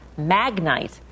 Magnite